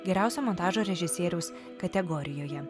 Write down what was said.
geriausio montažo režisieriaus kategorijoje